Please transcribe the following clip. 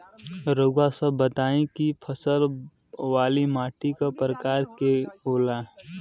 रउआ सब बताई कि फसल वाली माटी क प्रकार के होला?